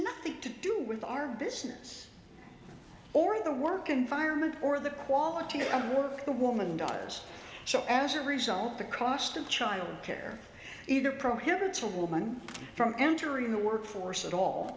nothing to do with our business or the work environment or the quality of work the woman does so as a result the cost of childcare either prohibits a woman from entering the workforce at all